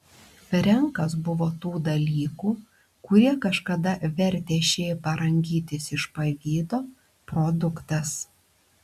frenkas buvo tų dalykų kurie kažkada vertė šėpą rangytis iš pavydo produktas